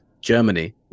Germany